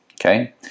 okay